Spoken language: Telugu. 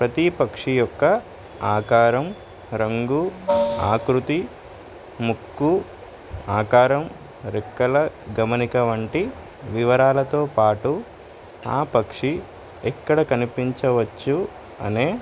ప్రతి పక్షి యొక్క ఆకారం రంగు ఆకృతి ముక్కు ఆకారం రెక్కల గమనిక వంటి వివరాలతో పాటు ఆ పక్షి ఎక్కడ కనిపించవచ్చు అనే